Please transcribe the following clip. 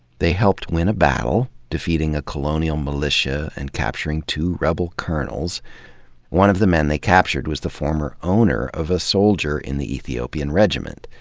they helped win a battle, defeating a colonial militia and capturing two rebel colonels one of the men they captured was the former owner of a soldier in the ethiopian regiment.